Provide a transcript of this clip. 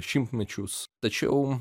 šimtmečius tačiau